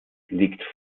liegt